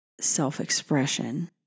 self-expression